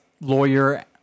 lawyer